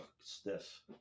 stiff